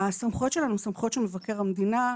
הסמכויות שלנו הן סמכויות של מבקר המדינה,